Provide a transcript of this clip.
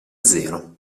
zero